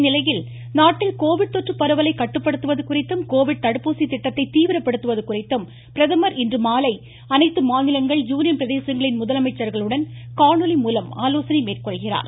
இந்நிலையில் நாட்டில் கோவிட் தொற்று பரவலை கட்டுப்படுத்துவது குறித்தும் கோவிட் தடுப்பூசி திட்டத்தை தீவிரப்படுத்துவது குறித்தும் பிரதமர் இன்றுமாலை அனைத்து மாநிலங்கள் யூனியன் பிரதேசங்களின் முதலமைச்சர்களுடன் காணொலி மூலம் ஆலோசனை மேற்கொள்கிறார்